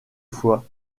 fois